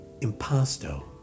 impasto